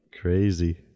Crazy